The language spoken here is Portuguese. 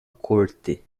corte